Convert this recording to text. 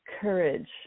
courage